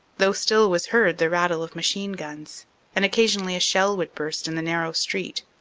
though still was heard the rattle of machine-guns, and occasionally a shell would burst in the narrow street.